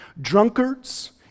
Drunkards